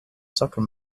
soccer